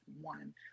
one